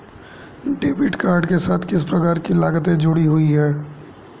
Debit card के साथ किस प्रकार की लागतें जुड़ी हुई हैं?